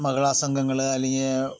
മഹിളാ സംഘങ്ങൾ അല്ലെങ്കിൽ